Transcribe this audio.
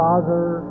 Father